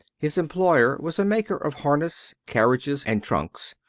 his employer was a maker of harness, carriages, and trunks,